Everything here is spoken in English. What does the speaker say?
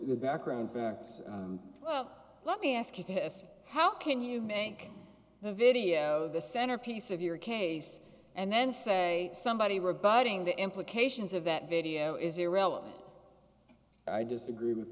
the background facts up let me ask you this how can you make the video the centerpiece of your case and then say somebody rebutting the implications of that video is irrelevant i disagree with